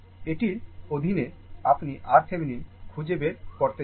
এটির অধীনে আপনি RThevenin খুঁজে বের করতে চান